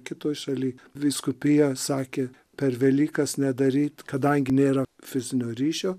kitoj šaly vyskupija sakė per velykas nedaryt kadangi nėra fizinio ryšio